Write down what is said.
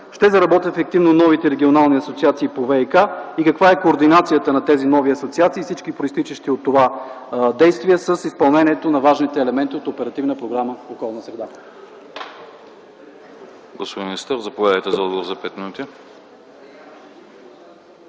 ще заработят ефективно новите регионални асоциации по ВиК? Каква е координацията на тези нови асоциации и всички, произтичащи от това действия с изпълнението на важните елементи от Оперативна програма „Околна